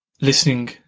listening